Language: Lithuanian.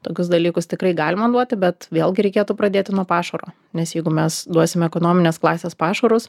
tokius dalykus tikrai galima duoti bet vėlgi reikėtų pradėti nuo pašaro nes jeigu mes duosim ekonominės klasės pašarus